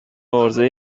عرضه